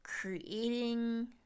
creating